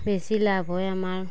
বেচি লাভ হয় আমাৰ